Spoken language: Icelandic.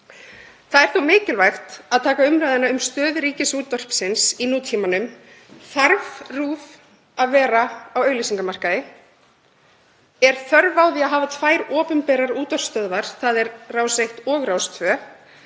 Það er þó mikilvægt að taka umræðuna um stöðu Ríkisútvarpsins í nútímanum. Þarf RÚV að vera á auglýsingamarkaði? Er þörf á því að hafa tvær opinberar útvarpsstöðvar, þ.e. Rás 1 og Rás 2?